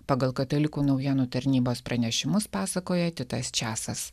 pagal katalikų naujienų tarnybos pranešimus pasakoja titas česas